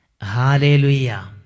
Hallelujah